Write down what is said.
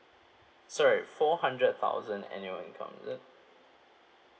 sorry four hundred thousand annual income is it